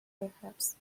perhaps